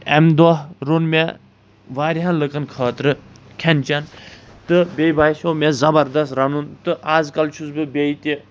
اَمہِ دۅہ روٚن مے واریاہن لُکن خٲطرِٕ کھٮ۪ن چٮ۪ن تہٕ بیٚیہِ باسٮ۪و مےٚ زبردست رَنُن تہٕ اَزکل چھُس بہٕ بیٚیہِ تہِ